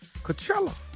Coachella